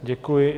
Děkuji.